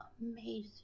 amazing